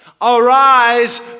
Arise